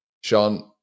Sean